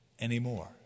anymore